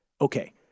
Okay